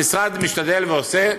המשרד משתדל ועושה.